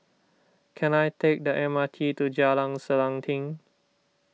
can I take the M R T to Jalan Selanting